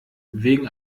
wegen